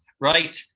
Right